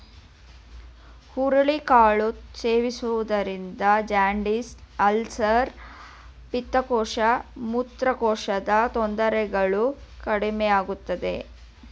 ಹುರುಳಿ ಕಾಳು ಸೇವಿಸುವುದರಿಂದ ಜಾಂಡಿಸ್, ಅಲ್ಸರ್, ಪಿತ್ತಕೋಶ, ಮೂತ್ರಕೋಶದ ತೊಂದರೆಗಳು ಕಡಿಮೆಯಾಗುತ್ತದೆ